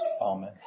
Amen